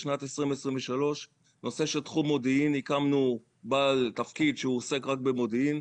בשנת 2023. הנושא של תחום מודיעין הקמנו בעל תפקיד שעוסק רק במודיעין.